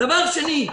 דבר שני,